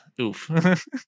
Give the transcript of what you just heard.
oof